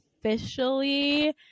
officially